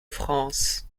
france